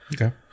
okay